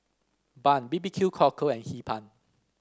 bun B B Q Cockle and Hee Pan